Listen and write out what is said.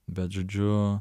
bet žodžiu